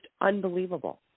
unbelievable